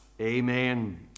Amen